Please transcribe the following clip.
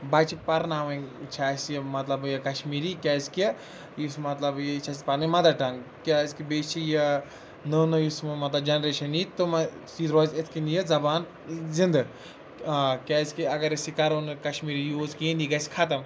بَچہِ پَرناوٕنۍ چھِ اسہِ یہِ مطلب یہِ کَشمیٖری کیٛازِکہِ یُس مطلب یہِ چھِ اسہِ پَنٕنۍ مَدَر ٹَنٛگ کیٛازِکہِ بیٚیہِ چھِ یہِ نٔو نٔو یُس یہِ وۄنۍ مطلب جَنریشَن یی تِمن سۭتۍ روزِ یِتھ کٔنۍ یہِ زَبان زِنٛدٕ ٲں کیٛازِکہِ اگر أسۍ یہِ کَرو نہٕ کَشمیٖری یوٗز کِہیٖنۍ یہِ گژھہِ ختم